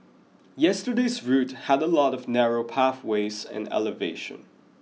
yesterday's route had a lot of narrow pathways and elevation